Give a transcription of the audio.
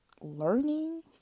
learning